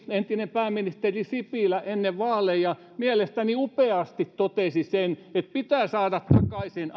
entinen pääministeri sipilä ennen vaaleja mielestäni upeasti totesi sen että ammattikouluihin pitää saada takaisin